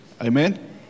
Amen